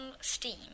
steam